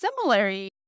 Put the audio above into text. similarly